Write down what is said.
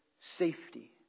safety